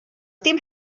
dim